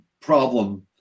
problem